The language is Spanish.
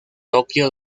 tokyo